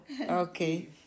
Okay